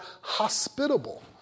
hospitable